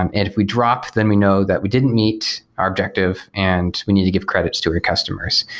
um and if we dropped, then we know that we didn't meet our objective and we need to give credits to our customers.